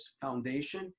Foundation